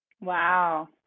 Wow